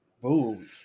boom